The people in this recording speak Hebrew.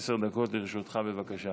עשר דקות לרשותך, בבקשה.